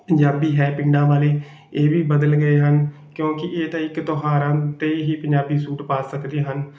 ਪੰਜਾਬੀ ਹੈ ਪਿੰਡਾਂ ਵਾਲੇ ਇਹ ਵੀ ਬਦਲ ਗਏ ਹਨ ਕਿਉਂਕਿ ਇਹ ਤਾਂ ਇੱਕ ਤਿਉਹਾਰਾਂ 'ਤੇ ਹੀ ਪੰਜਾਬੀ ਸੂਟ ਪਾ ਸਕਦੇ ਹਨ